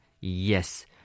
Yes